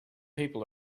people